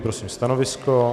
Prosím stanovisko?